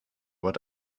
what